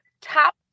top